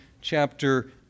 chapter